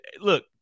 look